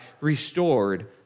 restored